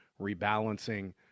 rebalancing